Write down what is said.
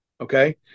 Okay